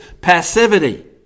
passivity